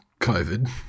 COVID